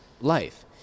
life